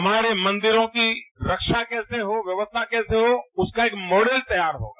हमारे मंदिरों की रक्षा कैसे हो व्यवस्था कैसे हो उसका एक मॉडल तैयार होगा